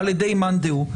על ידי מאן דהו?